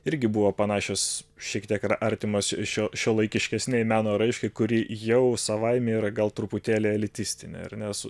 irgi buvo panašios šiek tiek yra artimos šio šiuolaikiškesnei meno raiškai kuri jau savaime yra gal truputėlį eilitistinė ar ne su